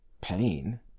pain